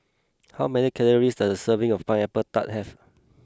how many calories does a serving of Pineapple Tart have